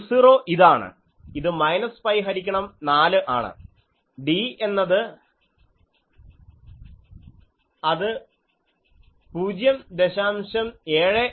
u0 ഇതാണ് ഇത് minus pi ഹരിക്കണം 4 ആണ് d എന്നത് അത് 0